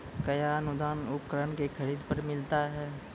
कया अनुदान उपकरणों के खरीद पर मिलता है?